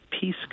peace